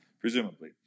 presumably